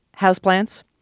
houseplants